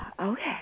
Okay